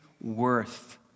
worth